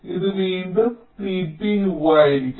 ഇത് വീണ്ടും tpU ആയിരിക്കും